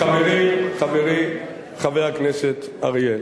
חברי חבר הכנסת אריאל,